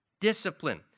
discipline